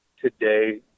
Today